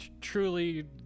truly